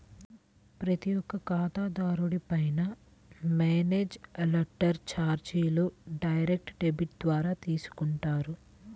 ప్రతి ఒక్క ఖాతాదారుడిపైనా మెసేజ్ అలర్ట్ చార్జీలు డైరెక్ట్ డెబిట్ ద్వారా తీసుకుంటారు